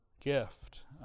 gift